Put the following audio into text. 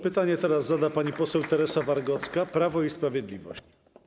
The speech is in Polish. Pytanie teraz zada pani poseł Teresa Wargocka, Prawo i Sprawiedliwość.